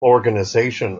organization